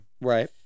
Right